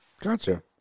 Gotcha